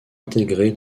intégré